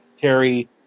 Terry